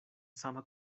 sama